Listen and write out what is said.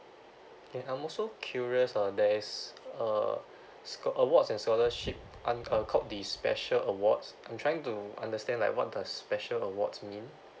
okay I'm so curious err there is uh sc~ awards and scholarship I'm called the special awards I'm trying to understand like what does special awards means